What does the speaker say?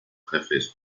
jefes